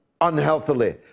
unhealthily